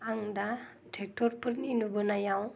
आं दा ट्रेक्ट'रफोरनि नुबोनायाव